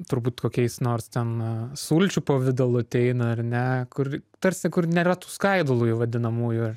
turbūt kokiais nors ten sulčių pavidalu ateina ar ne kur tarsi kur nėra tų skaidulų vadinamųjų